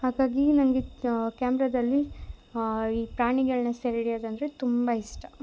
ಹಾಗಾಗಿ ನನಗೆ ಕ್ಯಾಮ್ರದಲ್ಲಿ ಈ ಪ್ರಾಣಿಗಳನ್ನ ಸೆರೆಹಿಡಿಯೋದಂದರೆ ತುಂಬಾ ಇಷ್ಟ